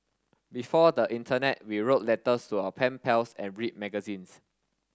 before the internet we wrote letters to our pen pals and read magazines